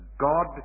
God